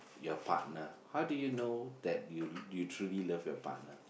your partner how do you know that you you truly love your partner